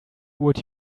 would